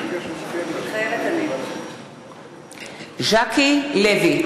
מתחייבת אני ז'קי לוי,